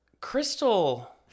Crystal